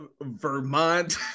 Vermont